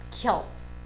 kilts